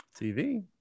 TV